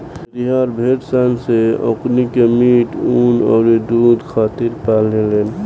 भेड़िहार भेड़ सन से ओकनी के मीट, ऊँन अउरी दुध खातिर पाले लेन